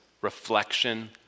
reflection